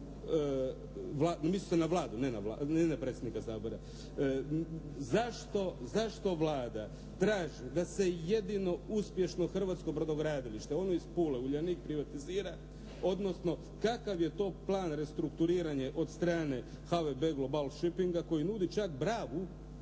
mislim na Vladu a ne na predsjednika Sabora, zašto Vlada traži da se jedino uspješno hrvatsko brodogradilište ono iz Pule Uljanik privatizira odnosno kakav je to plan restrukturiranja od strane HVB Global Shippinga koji nudi čak bravu,